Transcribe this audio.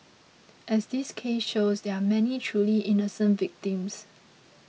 as this case shows there are many truly innocent victims